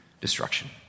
destruction